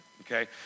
okay